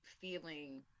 feeling